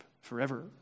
forever